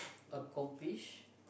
accomplish